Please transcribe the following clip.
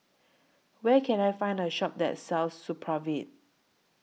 Where Can I Find A Shop that sells Supravit